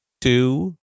two